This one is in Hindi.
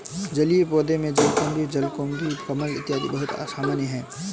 जलीय पौधों में जलकुम्भी, जलकुमुदिनी, कमल इत्यादि बहुत सामान्य है